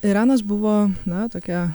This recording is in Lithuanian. iranas buvo na tokia